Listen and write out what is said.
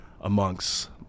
amongst